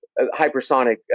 hypersonic